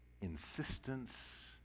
insistence